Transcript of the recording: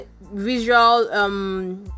visual